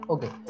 Okay